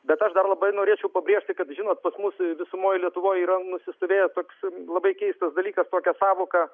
bet aš dar labai norėčiau pabrėžti kad žinot kad mus visumoj lietuvoj yra nusistovėjęs toks labai keistas dalykas tokia sąvoka